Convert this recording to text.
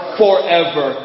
forever